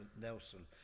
nelson